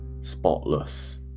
spotless